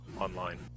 online